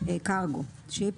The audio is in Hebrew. - Cargo ship.